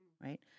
right